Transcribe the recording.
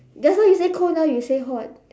just now you say cold now you say hot